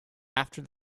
after